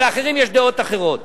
ולאחרים יש דעות אחרות.